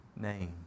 name